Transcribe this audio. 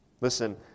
Listen